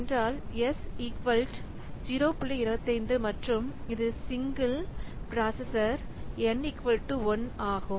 25 மற்றும் இது சிங்கிள் ப்ராசசர்ல் N1 ஆகும்